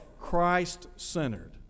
Christ-centered